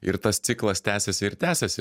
ir tas ciklas tęsiasi ir tęsiasi